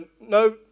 no